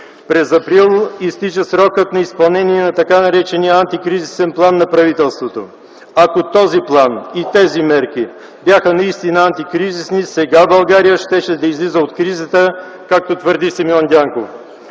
През април изтича срокът на изпълнение на така наречения антикризисен план на правителството. Ако този план и тези мерки бяха наистина антикризисни, сега България щеше да излиза от кризата, както твърди Симеон Дянков.